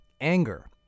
anger